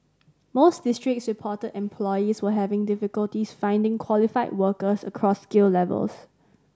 most districts reported employers were having difficulties finding qualified workers across skill levels